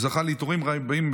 הוא זכה לעיטורים רבים,